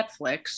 Netflix